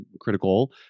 critical